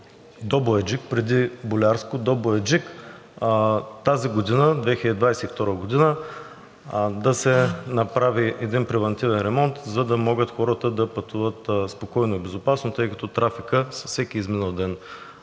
до Бояджик, преди Болярско, тази година – 2022 г., да се направи един превантивен ремонт, за да могат хората да пътуват спокойно и безопасно, тъй като трафикът с всеки изминал ден